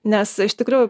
nes iš tikrųjų